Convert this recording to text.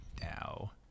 now